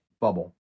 bubble